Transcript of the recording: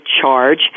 charge